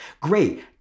great